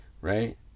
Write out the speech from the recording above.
right